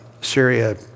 Syria